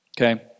Okay